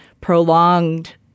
prolonged